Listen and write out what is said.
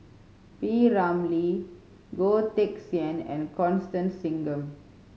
P Ramlee Goh Teck Sian and Constance Singam